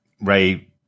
Ray